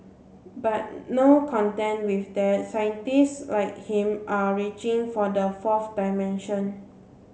but no content with that scientists like him are reaching for the fourth dimension